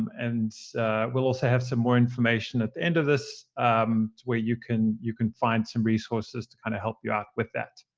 and we'll also have some more information at the end of this where you can you can find some resources to kind of help you out with that.